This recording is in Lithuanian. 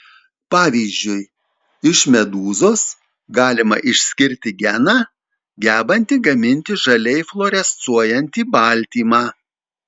pavyzdžiui iš medūzos galima išskirti geną gebantį gaminti žaliai fluorescuojantį baltymą